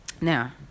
Now